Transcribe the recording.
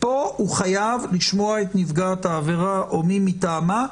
פה הוא חייב לשמוע את נפגעת העבירה או מי מטעמה,